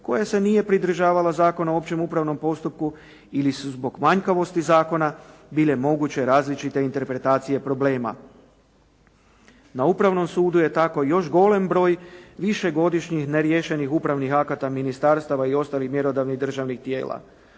koja se nije pridržavala Zakona o općem upravnom postupku ili su zbog manjkavosti zakona bile moguće različite interpretacije problema. Na Upravnom sudu je tako još golem broj višegodišnjih neriješenih upravnih akata ministarstava i ostalih mjerodavnih državnih tijela.